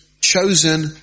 chosen